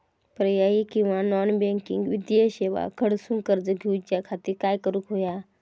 पर्यायी किंवा non banking वित्तीय सेवा कडसून कर्ज घेऊच्या खाती काय करुक होया?